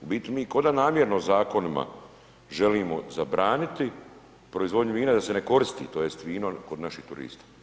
U biti mi ko da namjerno zakonima želimo zabraniti proizvodnju vina da se ne koristi tj. vino kod naših turista.